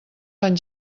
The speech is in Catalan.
fan